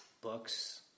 books